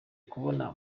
kubona